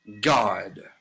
God